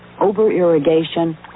over-irrigation